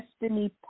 destiny